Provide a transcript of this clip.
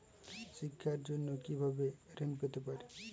শিক্ষার জন্য কি ভাবে ঋণ পেতে পারি?